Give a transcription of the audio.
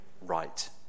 right